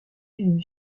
élu